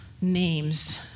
names